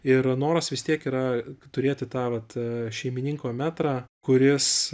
ir noras vis tiek yra turėti tą vat šeimininko metrą kuris